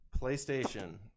PlayStation